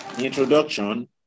introduction